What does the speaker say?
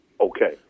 okay